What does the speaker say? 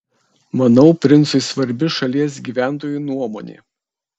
manau princui svarbi šalies gyventojų nuomonė